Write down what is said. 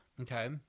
Okay